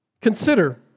Consider